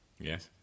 Yes